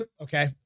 Okay